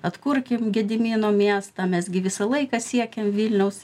atkurkim gedimino miestą mes gi visą laiką siekėm vilniaus